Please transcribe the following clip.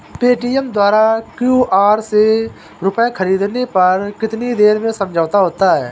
Paytm द्वारा QR से रूपए ख़रीदने पर कितनी देर में समझौता होता है?